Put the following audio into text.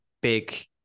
big